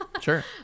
Sure